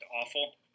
awful